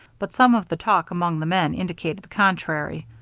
but some of the talk among the men indicated the contrary.